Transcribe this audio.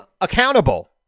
accountable